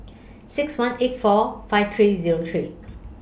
six one eight four five three Zero three